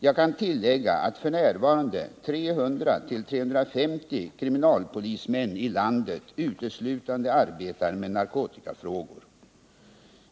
Jag kan tillägga att f. n. 300-350 kriminalpolismän i landet uteslutande arbetar med narkotikafrågor.